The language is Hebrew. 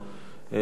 כידוע,